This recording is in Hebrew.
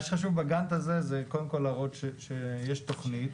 מה שחשוב בגאנט הזה זה קודם כול להראות שיש תוכנית.